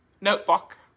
notebook